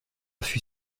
fut